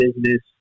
business